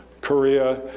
Korea